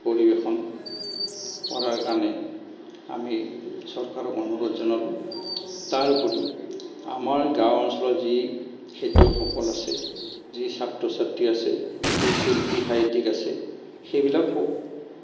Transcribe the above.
পৰিৱেশন কৰাৰ কাৰণে আমি চৰকাৰক অনুৰোধ জনালোঁ তাৰ উপৰিও আমাৰ গাঁও অঞ্চলৰ যি খেতিয়কসকল আছে যি ছাত্ৰ ছাত্ৰী আছে যি শিল্পী সাহিত্যিক আছে সেইবিলাকো